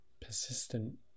persistent